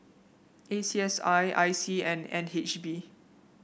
A C S I I C and N H B